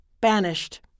banished